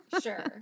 Sure